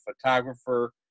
photographer